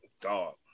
dog